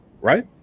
right